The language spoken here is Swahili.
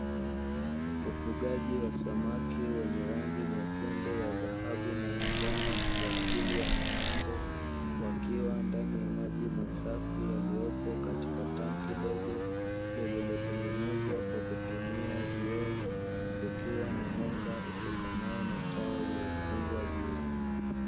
Ufugaji wa samaki wenye rangi nyekundu, ya dhahabu na njano, kwa ajili ya mapambo; wakiwa ndani ya maji masafi yaliyopo katika tangi dogo, lililotengenezwa kwa kutumia vioo, kukiwa na mwanga utokanao na taa iliyofungwa juu.